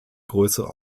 größere